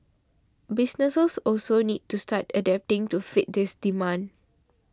businesses also need to start adapting to fit this demand